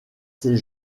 ces